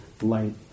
light